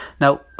Now